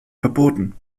verboten